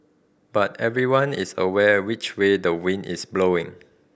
but everyone is aware which way the wind is blowing